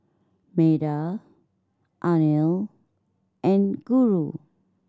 Medha Anil and Guru